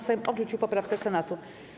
Sejm odrzucił poprawkę Senatu.